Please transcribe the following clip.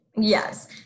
Yes